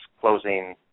closing